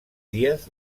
dies